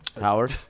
Howard